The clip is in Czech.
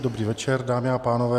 Dobrý večer, dámy a pánové.